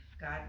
God